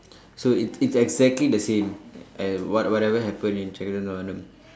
so it's it's exactly the same uh what whatever happen in Chekka Chivantha வானம்:sekkachsivandtha vaanam